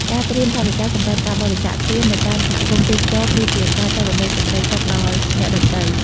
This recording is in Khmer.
ការត្រៀមថវិកាសម្រាប់ការបរិច្ចាគទាននៅតាមសហគមន៍ទេសចរណ៍ គឺជាការចែករំលែកសេចក្តីសុខដល់អ្នកដទៃ។